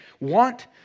want